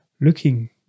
looking